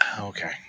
Okay